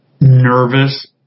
nervous